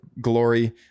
glory